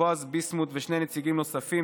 בועז ביסמוט ושני נציגים נוספים,